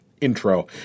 intro